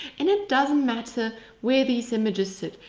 and it doesn't matter where these images sit.